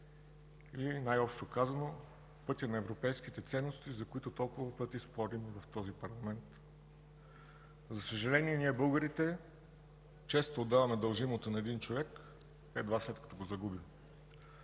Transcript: и, най-общо казано, пътят на европейските ценности, за които толкова пъти спорим в този парламент. За съжаление, ние българите често отдаваме дължимото на един човек, едва след като го загубим.